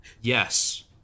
Yes